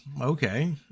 Okay